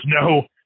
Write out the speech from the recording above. no